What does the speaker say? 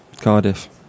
Cardiff